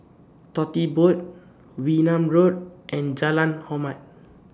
Tote Board Wee Nam Road and Jalan Hormat